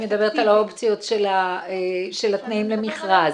את מדברת על האופציות של התנאים למכרז.